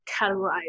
categorize